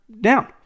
down